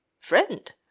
friend